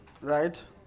Right